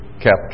kept